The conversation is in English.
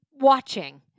Watching